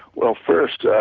well first,